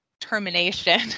termination